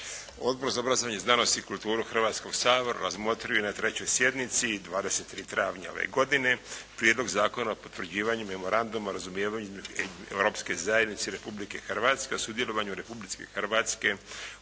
Odbor za obrazovanje, znanost i kulturu Hrvatskog sabora razmotrio je na 3. sjednici 23. travnja ove godine Prijedlog Zakona o potvrđivanju memoranduma o razumijevanju između Europske zajednice i Republike Hrvatske o sudjelovanju Republike Hrvatske